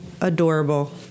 adorable